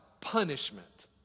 punishment